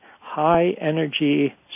high-energy